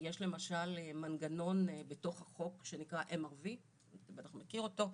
יש למשל מנגנון בתוך החוק שנקרא MRV ואנחנו נכיר אותו,